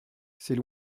c’est